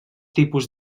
tipus